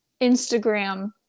Instagram